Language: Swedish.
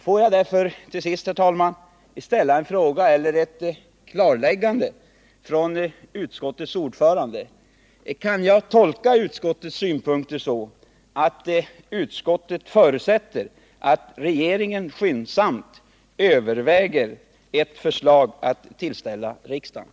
Får jag därför till sist, herr talman, ställa en fråga — eller begära ett klarläggande från utskottets ordförande? Kan jag tolka utskottets synpunkter så, att utskottet förutsätter att regeringen skyndsamt överväger ett förslag att tillställa riksdagen?